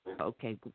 okay